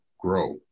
grow